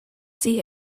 see